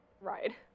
ride